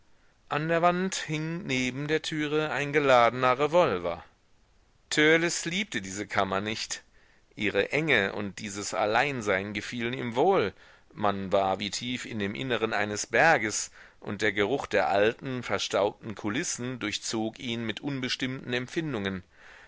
an der wand hing neben der türe ein geladener revolver törleß liebte diese kammer nicht ihre enge und dieses alleinsein gefielen ihm wohl man war wie tief in dem inneren eines berges und der geruch der alten verstaubten kulissen durchzog ihn mit unbestimmten empfindungen